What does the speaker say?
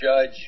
Judge